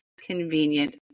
convenient